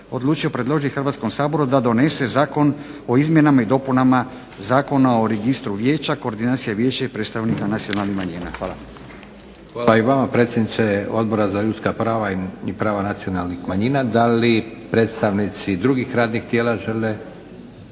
Hvala i vama predsjedniče Odbora za ljudska prava i prava nacionalnih manjina. DA li predstavnici drugih radnih tijela žele?